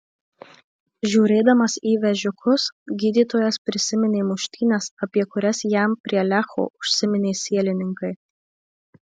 žiūrėdamas į vežikus gydytojas prisiminė muštynes apie kurias jam prie lecho užsiminė sielininkai